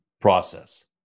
process